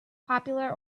popular